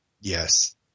Yes